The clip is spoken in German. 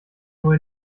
nur